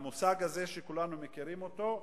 למושג הזה שכולנו מכירים אותו,